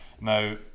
Now